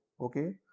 okay